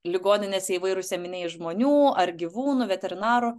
ligoninės įvairūs ėminiai žmonių ar gyvūnų veterinarų